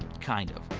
kind of.